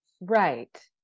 right